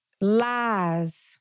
Lies